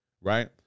Right